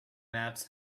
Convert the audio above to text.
mats